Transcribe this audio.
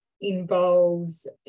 involves